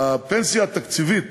הפנסיה התקציבית